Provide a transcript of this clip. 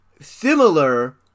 similar